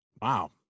Wow